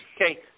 Okay